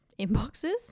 inboxes